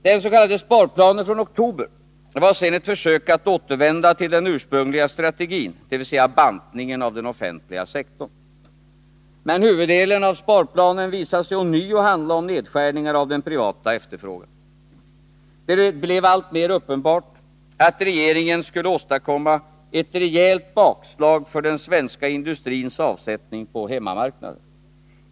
Den s.k. sparplanen från oktober var sedan ett försök att återvända till den ursprungliga strategin, dvs. bantningen av den offentliga sektorn. Men huvuddelen av sparplanen visade sig ånyo handla om nedskärningar av den privata efterfrågan. Det blev alltmer uppenbart att regeringen skulle åstadkomma ett rejält bakslag för den svenska industrins avsättning på hemmamarknaden.